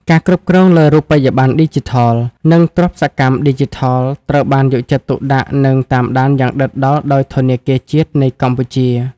ការគ្រប់គ្រងលើ "រូបិយប័ណ្ណឌីជីថល" និង "ទ្រព្យសកម្មឌីជីថល" ត្រូវបានយកចិត្តទុកដាក់ និងតាមដានយ៉ាងដិតដល់ដោយធនាគារជាតិនៃកម្ពុជា។